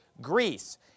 Greece